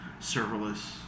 serverless